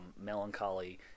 Melancholy